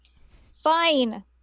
fine